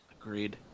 Agreed